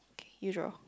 you draw